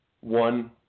one